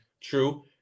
True